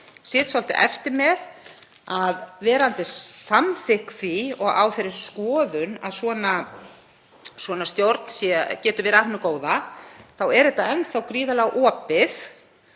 sit svolítið eftir með, verandi samþykk því og á þeirri skoðun að svona stjórn geti verið af hinu góða, er að þetta er enn þá gríðarlega opið